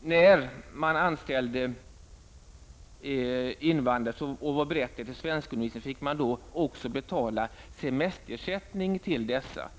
när man anställt invandrare som är berättigade till svenskundervisning fick man också betala semesterersättning för dessa.